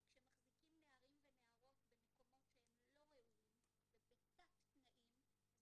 כי כשמחזיקים נערים ונערות במקומות שהם לא ראויים ובתת תנאים אז